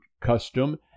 custom